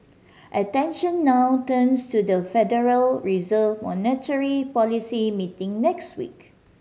attention now turns to the Federal Reserve's monetary policy meeting next week